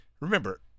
remember